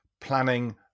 planning